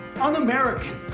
un-American